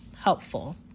Helpful